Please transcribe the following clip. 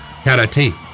Karate